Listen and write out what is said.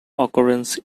occurrence